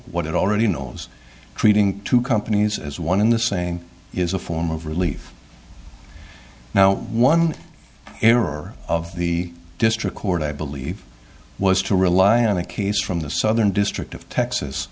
what it already knows treating two companies as one in the saying is a form of relief now one error of the district court i believe was to rely on the case from the southern district of texas